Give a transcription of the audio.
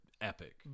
Epic